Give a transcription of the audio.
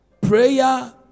Prayer